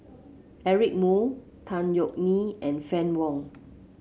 Eric Moo Tan Yeok Nee and Fann Wong